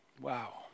Wow